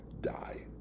die